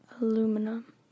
aluminum